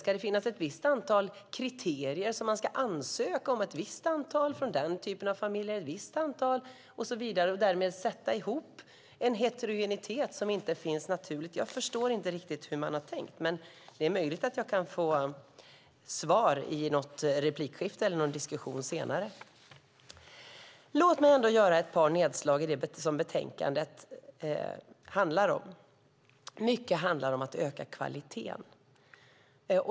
Ska det finnas vissa kriterier, så att man ska ansöka om ett visst antal från en typ av familjer, ett visst antal från någon annan typ och så vidare och därmed sätta ihop en heterogenitet som inte finns naturligt? Jag förstår inte riktigt hur man har tänkt. Men det är möjligt att jag kan få svar i något replikskifte eller någon senare diskussion. Låt mig ändå göra ett par nedslag i det som betänkandet handlar om. Mycket handlar om att öka kvaliteten.